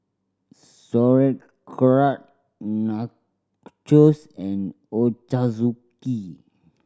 Sauerkraut Nachos and Ochazuke